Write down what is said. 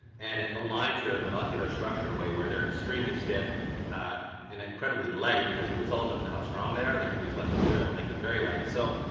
and it aligns their molecular structure in a way where they're extremely stiff and incredibly light as a result of how strong they are. they can use less material and make them very light. so,